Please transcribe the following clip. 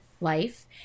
Life